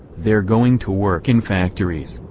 they're going to work in factories,